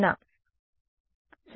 అవుతుంది 0